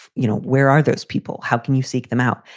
you know where are those people? how can you seek them out?